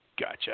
Gotcha